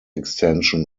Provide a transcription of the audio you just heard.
extension